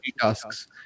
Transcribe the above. tasks